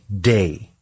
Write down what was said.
day